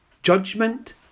Judgment